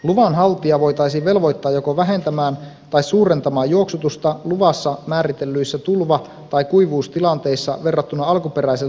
luvan haltija voitaisiin velvoittaa joko vähentämään tai suurentamaan juoksutusta luvassa määritellyissä tulva tai kuivuustilanteissa verrattuna alkuperäisen luvan ehtoihin